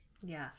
Yes